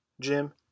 Jim